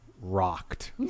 rocked